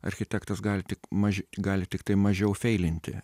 architektas gali tik maži gali tiktai mažiau feilinti